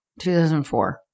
2004